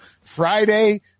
Friday